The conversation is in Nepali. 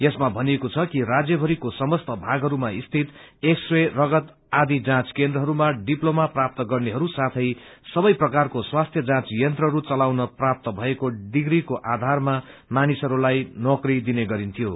यसमा भनिएको छ कि राज्यभरिको समस्त भगहरूमा स्थित एक्स रे रगत आदि जाँच केन्द्रहरूमा डिप्लोमा प्राप्त गर्नेहरू साथै सबै प्रकारको स्वास्थि जाँच यंत्रहरू चलाउन प्राप्त भएको डिप्रीको आधारमा मात्र मानिसहरूलाई नौकरी दिइने गरिन्थ्यो